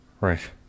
Right